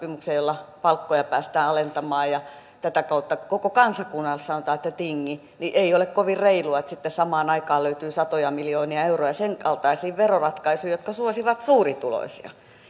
sopimuksia joilla palkkoja päästään alentamaan ja tätä kautta koko kansakunnalle sanotaan että tingi niin ei ole kovin reilua että sitten samaan aikaan löytyy satoja miljoonia euroja sen kaltaisiin veroratkaisuihin jotka suosivat suurituloisia